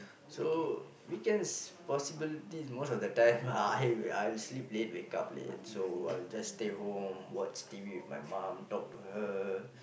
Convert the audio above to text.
so weekends possibility most of the time ah I'll sleep late wake up late so I'll just stay home watch T_V with my mom talk to her